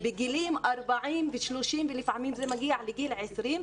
בגילאי 40 ו-30 ולפעמים זה מגיע לגיל 20,